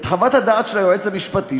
את חוות הדעת של היועץ המשפטי,